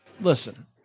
listen